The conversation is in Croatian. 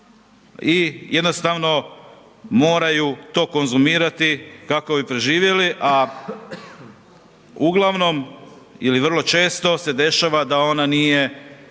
i jednostavno moraju to konzumirati kako bi preživjeli, a uglavnom ili vrlo često se dešava da ona nije